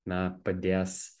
na padės